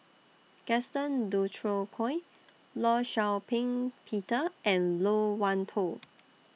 Gaston Dutronquoy law Shau Ping Peter and Loke Wan Tho